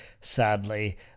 sadly